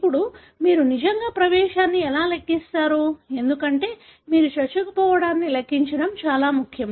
ఇప్పుడు మీరు నిజంగా ప్రవేశాన్ని ఎలా లెక్కిస్తారు ఎందుకంటే మీరు చొచ్చుకుపోవడా న్ని లెక్కించడం చాలా ముఖ్యం